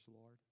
Lord